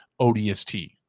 odst